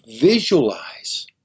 visualize